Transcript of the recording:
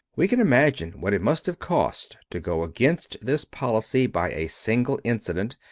we can imagine what it must have cost to go against this policy by a single incident,